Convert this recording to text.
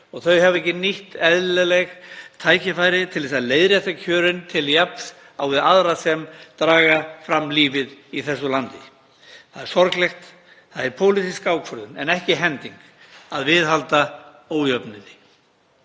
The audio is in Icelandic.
Þau hafa ekki nýtt eðlileg tækifæri til þess að leiðrétta kjörin til jafns á við aðra sem draga fram lífið í þessu landi. Það er sorglegt, það er pólitísk ákvörðun en ekki hending að viðhalda ójöfnuði.